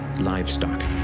livestock